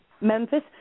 Memphis